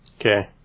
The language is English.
Okay